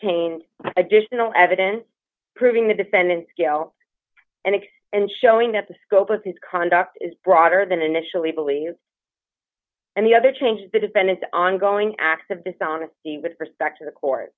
obtained additional evidence proving the defendant skill and expend showing that the scope of his conduct is broader than initially believed and the other change the defendant's ongoing acts of dishonesty with respect to the court